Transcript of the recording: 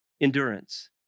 endurance